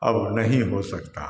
अब नहीं हो सकता है